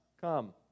come